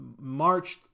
March